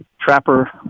Trapper